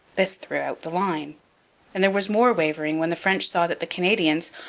this threw out the line and there was more wavering when the french saw that the canadians,